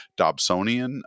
Dobsonian